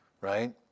right